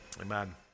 Amen